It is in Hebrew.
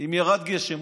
אם ירד גשם,